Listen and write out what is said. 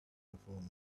perform